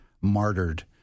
martyred